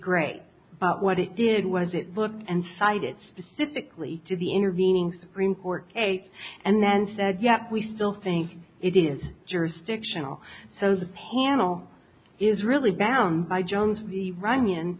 great but what it did was it looked and cited specifically to the intervening supreme court eight and then said yet we still think it is jurisdictional so's handle is really bound by jones runy